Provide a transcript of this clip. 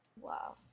Wow